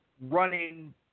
running